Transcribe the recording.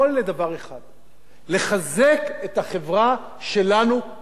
לחזק את החברה שלנו במדינת ישראל.